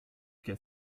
qu’à